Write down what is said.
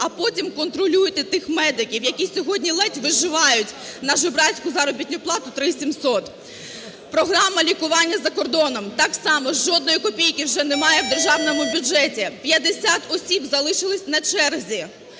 а потім контролюйте тих медиків, які сьогодні ледь виживають на жебрацьку заробітну плату – 3 700. Програма лікування за кордоном – так само жодної копійки вже немає в державному бюджеті, 50 осіб залишилися на черзі.